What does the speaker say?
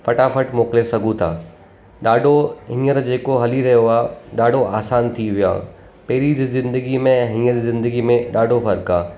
फटाफटि मोकिले सघूं था ॾाढो हींअर जेको हली रहियो आहे ॾाढो आसानु थी वयो आहे पहिरीं जी ज़िंदगी में हींअर ज़िंदगी में ॾाढो फ़र्क़ु आहे